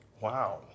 Wow